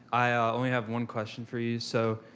i only have one question for you. so,